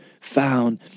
found